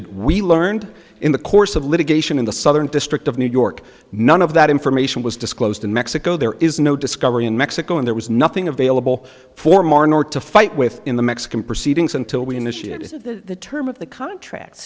that we learned in the course of litigation in the southern district of new york none of that information was disclosed in mexico there is no discovery in mexico and there was nothing available for martin or to fight with in the mexican proceedings until we initiated the term of the contract